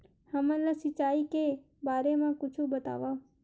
हमन ला सिंचाई के बारे मा कुछु बतावव?